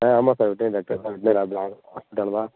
ஆ ஆமாம் sir veterinary doctor தான் veterinary hospital தான்